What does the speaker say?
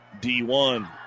D1